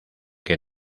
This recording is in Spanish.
que